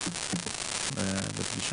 לפגישה.